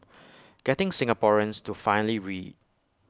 getting Singaporeans to finally read